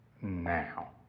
now